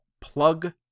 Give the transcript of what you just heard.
plug